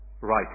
Right